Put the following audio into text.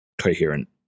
coherent